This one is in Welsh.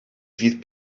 fydd